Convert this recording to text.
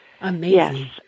amazing